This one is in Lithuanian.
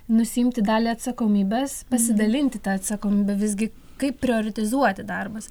nusiimti dalį atsakomybės pasidalinti ta atsakomybe visgi kaip prioritizuoti darbus